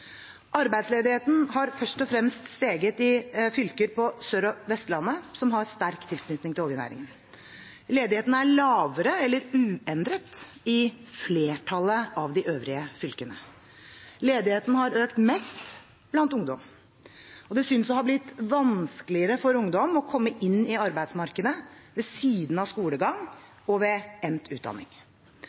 Arbeidsledigheten har først og fremst steget i fylker på Sør- og Vestlandet, som har sterk tilknytning til oljenæringen. Ledigheten er lavere eller uendret i flertallet av de øvrige fylkene. Ledigheten har økt mest blant ungdom. Det synes å ha blitt vanskeligere for ungdom å komme inn i arbeidsmarkedet ved siden av skolegang og ved endt utdanning.